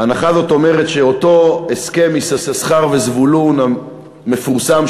ההנחה הזאת אומרת שאותו הסכם יששכר וזבולון המפורסם,